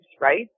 right